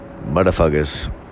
motherfuckers